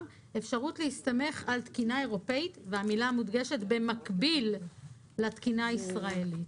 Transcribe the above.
אפשרות להסתמך על תקינה אירופית במקביל לתקינה הישראלית.